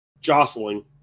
jostling